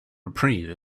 reprieve